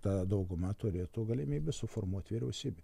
ta dauguma turėtų galimybę suformuot vyriausybę